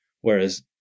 Whereas